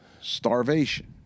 Starvation